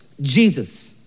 Jesus